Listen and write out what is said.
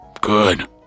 Good